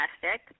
plastic